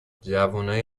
جوونای